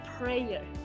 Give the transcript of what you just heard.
prayer